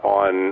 on